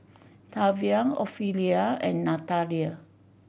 Tavian Ophelia and Nathalia